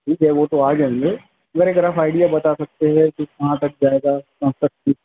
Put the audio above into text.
ٹھیک ہے وہ تو آ جائیں گے مگر ایک رف آئڈیا بتا سکتے ہیں کہ کہاں تک جائے گا کہاں تک